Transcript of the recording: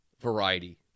variety